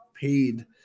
paid